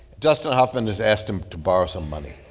dustin hoffman just asked him to borrow some money.